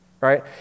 right